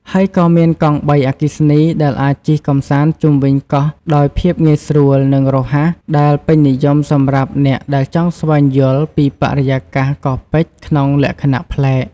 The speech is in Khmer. ហើយក៏មានកង់បីអគ្គិសនី ដែលអាចជិះកម្សាន្តជុំវិញកោះដោយភាពងាយស្រួល និងរហ័ស ដែលពេញនិយមសម្រាប់អ្នកដែលចង់ស្វែងយល់ពីបរិយាកាសកោះពេជ្រក្នុងលក្ខណៈប្លែក។